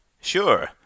Sure